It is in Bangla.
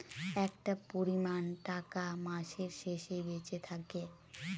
একটা পরিমান টাকা মাসের শেষে বেঁচে থাকে